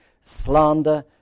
slander